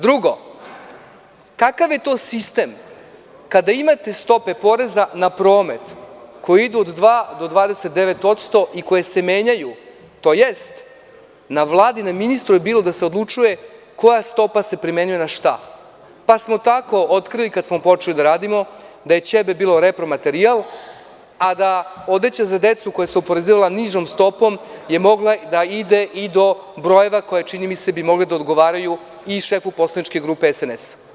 Drugo, kakav je to sistem kada imate stope poreza na promet koji idu od 2% do 29% i koje se menjaju, tj. na Vladi, na ministru je bilo da se odlučuje koja stopa se primenjuje na šta, pa smo tako otkrili kada smo počeli da radimo da je ćebe bilo repromaterijal, a da odeća za decu koja se oporezivala nižom stopom je mogla da ide i do brojeva koji bi mogli da odgovaraju i šefu poslaničke grupe SNS.